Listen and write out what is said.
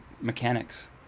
mechanics